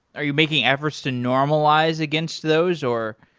are you making efforts to normalize against those or